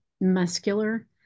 muscular